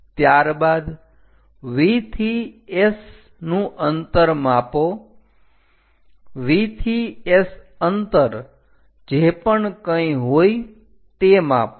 ત્યારબાદ V થી S નું અંતર માપો V થી S અંતર જે પણ કંઈ હોય તે માપો